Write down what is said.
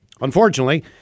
Unfortunately